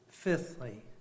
Fifthly